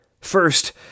First